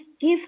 give